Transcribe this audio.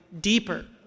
deeper